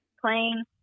playing